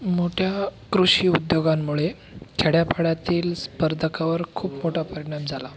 मोठ्या कृषीउद्योगांमुळे खेड्यापाड्यातील स्पर्धकावर खूप मोठा परिणाम झाला